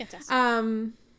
Fantastic